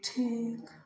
ठीक